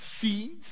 seeds